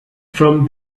from